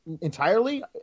entirely